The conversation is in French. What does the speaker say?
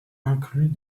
inclus